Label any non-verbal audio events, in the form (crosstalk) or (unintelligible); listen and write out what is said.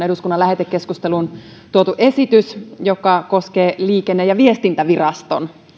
(unintelligible) eduskunnan lähetekeskusteluun tuotu esitys joka koskee liikenne ja viestintäviraston